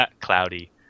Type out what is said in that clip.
cloudy